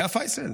היה פייסל,